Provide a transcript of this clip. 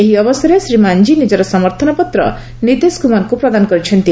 ଏହି ଅବସରରେ ଶ୍ରୀ ମାନ୍ଝି ନିକ୍କର ସମର୍ଥନ ପତ୍ର ନିତିଶ କୁମାରଙ୍କୁ ପ୍ରଦାନ କରିଛନ୍ତି